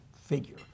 figure